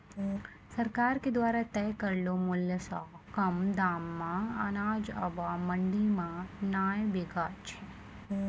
सरकार के द्वारा तय करलो मुल्य सॅ कम दाम मॅ अनाज आबॅ मंडी मॅ नाय बिकै छै